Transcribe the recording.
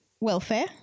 welfare